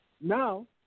Now